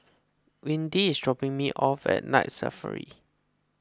Windy is dropping me off at Night Safari